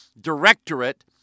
Directorate